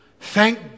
Thank